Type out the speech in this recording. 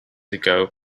ago